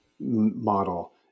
model